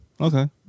Okay